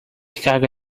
carga